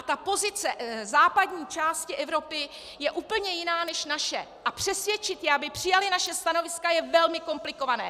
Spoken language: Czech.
Ta pozice západní části Evropy je úplně jiná než naše a přesvědčit je, aby přijali naše stanoviska, je velmi komplikované.